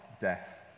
death